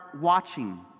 watching